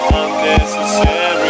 unnecessary